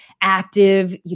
active